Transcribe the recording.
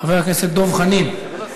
חבר הכנסת דב חנין.